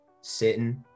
sitting